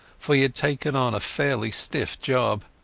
for he had taken on a fairly stiff job.